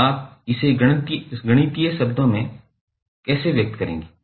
तो आप इसे गणितीय शब्दों में कैसे व्यक्त करेंगे